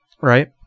right